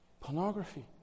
pornography